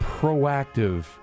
proactive